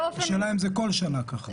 השאלה אם כל שנה זה כך.